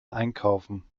einkaufen